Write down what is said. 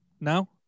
now